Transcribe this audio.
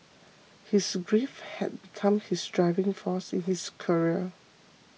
his grief had become his driving force in his career